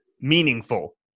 meaningful